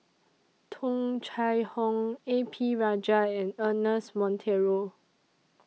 Tung Chye Hong A P Rajah and Ernest Monteiro